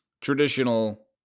traditional